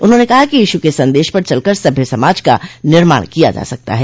उन्होंने कहा कि ईशु के सन्देश पर चल कर सभ्य समाज का निर्माण किया जा सकता है